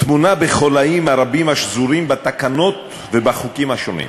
טמונה בחוליים הרבים השזורים בתקנות ובחוקים השונים,